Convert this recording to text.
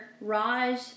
Raj